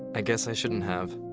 i guess i shouldn't have.